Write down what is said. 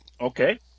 Okay